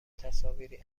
تصاویری